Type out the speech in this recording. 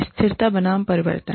स्थिरता बनाम परिवर्तन